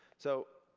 so,